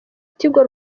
tigo